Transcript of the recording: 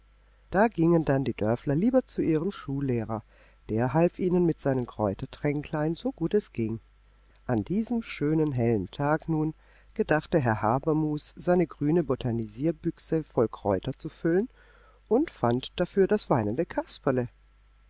da gingen dann die dörfler lieber zu ihrem schullehrer der half ihnen mit seinen kräutertränklein so gut es ging an diesem schönen hellen tag nun gedachte herr habermus seine grüne botanisierbüchse voll kräuter zu füllen und fand dafür das weinende kasperle